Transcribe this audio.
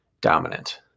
dominant